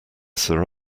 sir